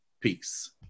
Peace